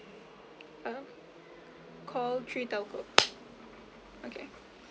okay call three telco okay okay